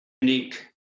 unique